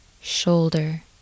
Shoulder